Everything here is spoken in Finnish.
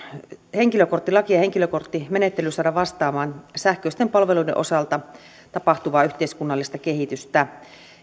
henkilökorttilaki ja henkilökorttimenettely vastaamaan sähköisten palveluiden osalta tapahtuvaa yhteiskunnallista kehitystä